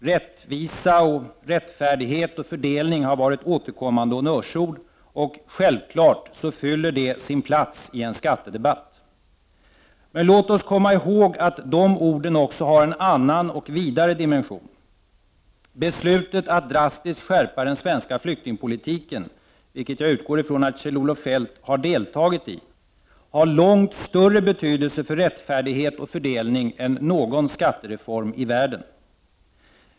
Rättvisa, rättfärdighet och fördelning har varit återkommande honnörsord, och de fyller självfallet sin funktion i en skattedebatt. Låt oss dock komma ihåg att dessa ord även har en annan och vidare dimension. Beslutet att drastiskt skärpa den svenska flyktingpolitiken — som jag utgår ifrån att Kjell-Olof Feldt har deltagit i — har långt större betydelse för rättfärdighet och fördelning än någon skattereform i världen.